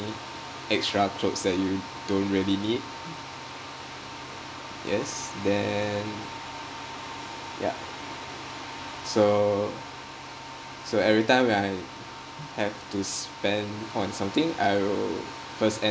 extra clothes that you don't really need yes then ya so so every time when I have to spend on something I will first